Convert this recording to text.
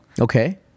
okay